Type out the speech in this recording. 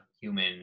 human